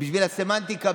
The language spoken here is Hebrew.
בשביל הסמנטיקה,